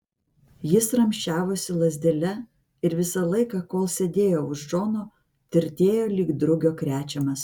jis ramsčiavosi lazdele ir visą laiką kol sėdėjo už džono tirtėjo lyg drugio krečiamas